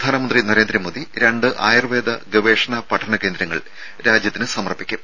പ്രധാനമന്ത്രി നരേന്ദ്രമോദി രണ്ട് ആയുർവേദ ഗവേഷണ പഠന കേന്ദ്രങ്ങൾ രാജ്യത്തിന് സമർപ്പിക്കും